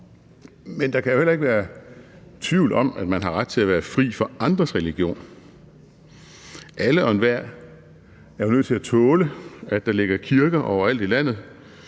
Men der kan jo heller ikke være tvivl om, at man har ret til at være fri for andres religion. Alle og enhver er jo nødt til at tåle, at der ligger kirker overalt i landet.